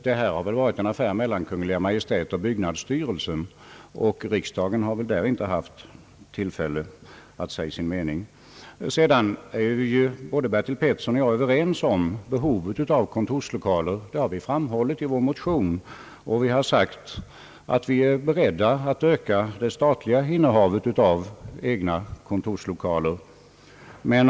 Detta har väl varit en affär mellan Kungl. Maj:t och byggnadsstyrelsen, och riksdagen har inte haft tillfälle att säga sin mening. Herr Bertil Petersson och jag är ju överens om behovet av kontorslokaler. Detta behov har framhållits i vår motion, där vi förklarat oss vara beredda att öka det statliga innehavet av egna kontorslokaler.